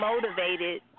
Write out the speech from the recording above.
motivated